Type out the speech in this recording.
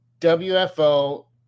WFO